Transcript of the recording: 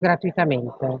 gratuitamente